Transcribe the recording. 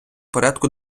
порядку